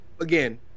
Again